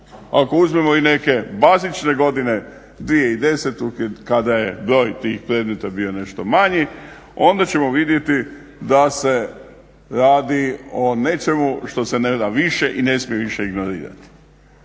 Ako uzmemo i neke bazične godine 2010.kada je broj tih predmeta bio nešto manji onda ćemo vidjeti da se radi o nečemu što se neda više i što se ne smije više reagirati.